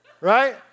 right